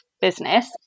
business